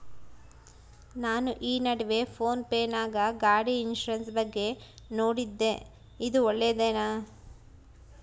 ನಾನು ಈ ನಡುವೆ ಫೋನ್ ಪೇ ನಾಗ ಗಾಡಿ ಇನ್ಸುರೆನ್ಸ್ ಬಗ್ಗೆ ನೋಡಿದ್ದೇ ಇದು ಒಳ್ಳೇದೇನಾ?